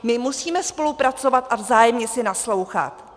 My musíme spolupracovat a vzájemně si naslouchat.